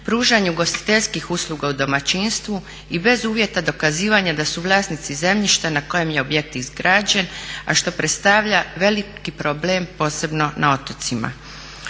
pružanje ugostiteljskih usluga u domaćinstvu i bez uvjeta dokazivanja da su vlasnici zemljišta na kojem je objekt izgrađen a što predstavlja veliki problem posebno na otocima.